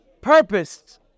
purpose